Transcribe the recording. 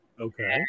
Okay